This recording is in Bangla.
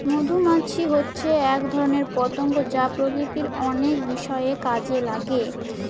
মধুমাছি হচ্ছে এক ধরনের পতঙ্গ যা প্রকৃতির অনেক বিষয়ে কাজে লাগে